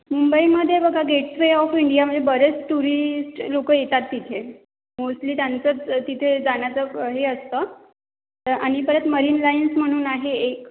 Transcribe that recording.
मुंबईमध्ये बघा gateway of इंडियामध्ये बरेच टुरिस्ट लोक येतात तिथे मोस्टली त्यांचंच तिथे जाण्याचं हे असतं आणि परत मरीन लाईन्स म्हणून आहे एक